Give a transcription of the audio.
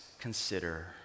consider